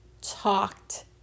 talked